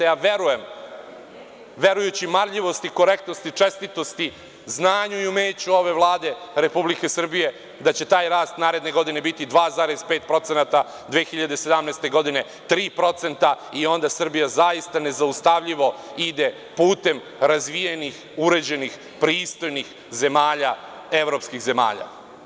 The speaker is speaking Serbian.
A ja verujem, verujući marljivosti i korektnosti i čestitosti, znanju i umeću ove Vlade Republike Srbije, da će taj rast naredne godine biti 2,5%, 2017. godine 3% i onda Srbija zaista nezaustavljivo ide putem razvijenih, uređenih, pristojnih evropskih zemalja.